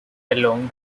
along